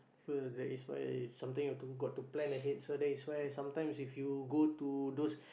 so that is why sometime you've got to plan ahead so that is why sometimes if you go to those